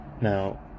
Now